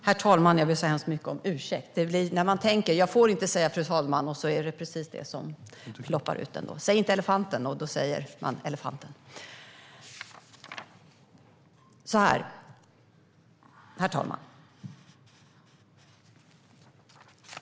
Herr talman! Jag ber så hemskt mycket om ursäkt! När man tänker "Jag får inte säga fru talman!" är det precis det som ploppar ut ändå. Om man inte får säga "elefanten" så säger man "elefanten". Herr talman!